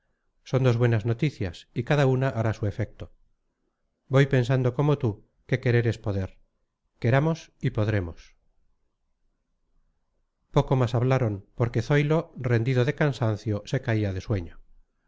son dos buenas noticias y cada una hará su efecto voy pensando como tú que querer es poder queramos y podremos poco más hablaron porque zoilo rendido de cansancio se caía de sueño